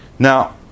now